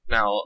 Now